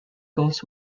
goals